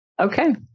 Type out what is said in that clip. Okay